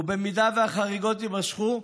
ואם החריגות יימשכו,